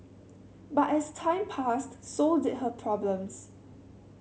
but as time passed so did her problems